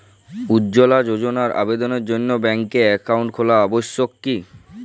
উজ্জ্বলা যোজনার আবেদনের জন্য ব্যাঙ্কে অ্যাকাউন্ট খোলা আবশ্যক কি?